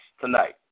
tonight